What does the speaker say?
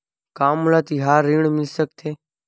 का मोला तिहार ऋण मिल सकथे?